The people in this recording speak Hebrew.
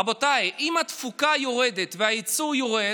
רבותיי, אם התפוקה יורדת והייצור יורד,